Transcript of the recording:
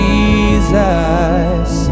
Jesus